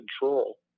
control